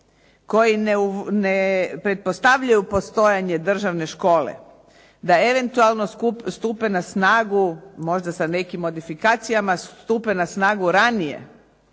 koji ne pretpostavljaju postojanje državne škole, da eventualno stupe na snagu možda sa nekim modifikacijama stupe na snagu ranije,